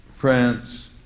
France